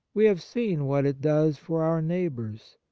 we have seen what it does for our neighbours.